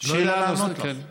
לא יודע לענות לך.